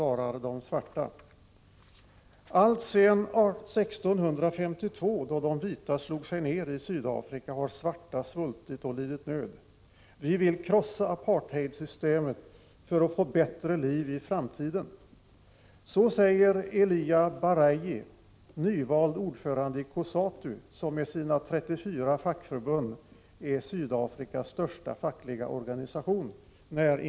Alltsedan 1652, då de vita slog sig ned i Sydafrika, har svarta svultit och lidit nöd. Vi vill krossa apartheidsystemet för att få bättre liv i framtiden. Så säger Elijah Barayi, när internationella åtgärder mot Sydafrika förs på tal. Han är nyvald ordförande i COSATU, som med sina 34 fackförbund är Sydafrikas största fackliga organisation.